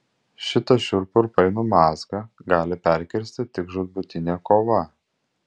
šitą šiurpų ir painų mazgą gali perkirsti tik žūtbūtinė kova